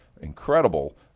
incredible